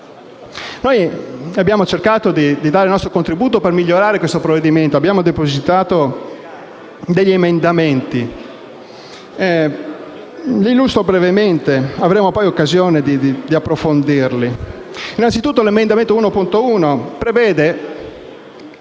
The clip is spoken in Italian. Noi abbiamo cercato di dare il nostro contributo per migliorare il provvedimento. Abbiamo depositato degli emendamenti. Li illustro brevemente, ma avremo occasione di approfondirli. Innanzitutto l'emendamento 1.1, che prevede